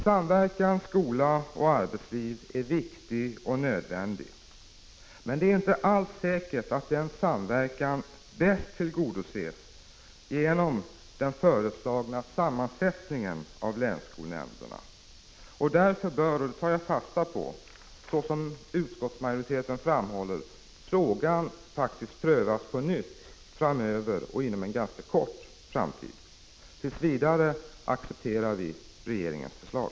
Samverkan mellan skola och arbetsliv är viktig och nödvändig, men det är inte alls säkert att den samverkan bäst tillgodoses genom den föreslagna sammansättningen av länsskolnämnderna. Därför bör, som utskottsmajoriteten framhåller, frågan prövas på nytt inom en ganska nära framtid. Tills vidare accepterar vi regeringens förslag.